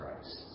Christ